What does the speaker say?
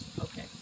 Okay